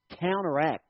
counteract